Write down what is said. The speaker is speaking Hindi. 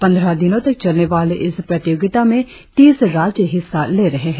पंद्रह दिनो तक चलने वाले इस प्रतियोगिता में तीस राज्य हिस्सा ले रहे है